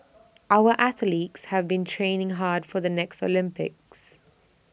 our athletes have been training hard for the next Olympics